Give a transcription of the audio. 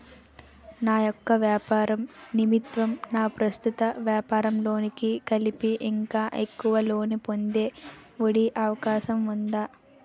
నా యెక్క వ్యాపార నిమిత్తం నా ప్రస్తుత వ్యాపార లోన్ కి కలిపి ఇంకా ఎక్కువ లోన్ పొందే ఒ.డి అవకాశం ఉందా?